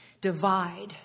divide